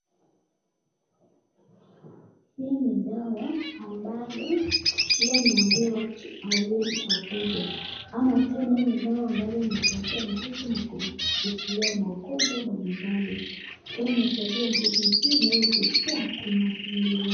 Hii ni dawa ambayo huwa inapewa watu walio wagonjwa ama tena hii ni dawa ambalo inaeza pea nguvu na kuzuia magonjwa mbalimbali tena inaeza pea ngozi nzuri inayuvutia.